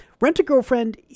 Rent-A-Girlfriend